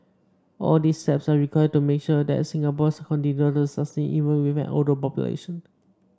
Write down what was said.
all these steps are required to make sure that Singapore continue to sustain even with an older population